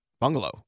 bungalow